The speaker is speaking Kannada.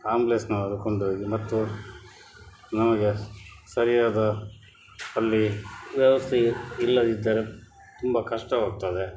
ಆ್ಯಂಬುಲೆನ್ಸಿನವ್ರು ಕೊಂಡೋಗಿ ಮತ್ತು ನಮಗೆ ಸರಿಯಾದ ಅಲ್ಲಿ ವ್ಯವಸ್ಥೆ ಇಲ್ಲದಿದ್ದರೆ ತುಂಬ ಕಷ್ಟವಾಗ್ತದೆ